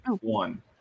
one